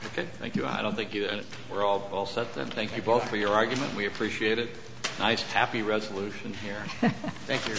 ok thank you i don't think you were all all set then thank you both for your argument we appreciate it nice happy resolution here thank you